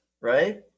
right